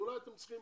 אולי אתם צריכים